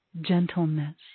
gentleness